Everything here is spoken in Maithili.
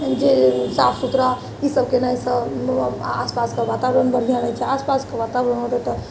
जे साफ सुथरा ई सब कयनेसँ लोक आसपास कऽ वातावरण बढ़िआँ नहि छै आसपास कऽ वातावरण रहतै तऽ